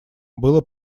было